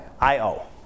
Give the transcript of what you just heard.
Io